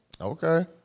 Okay